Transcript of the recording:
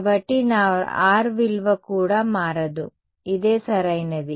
కాబట్టి నా R విలువ కూడా మారదు ఇదే సరైనది